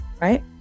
right